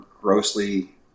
grossly